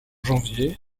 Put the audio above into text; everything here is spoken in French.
janvier